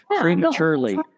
prematurely